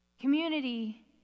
Community